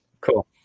Cool